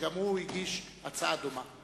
שגם הוא הגיש הצעה דומה.